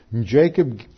Jacob